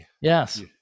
yes